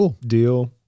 deal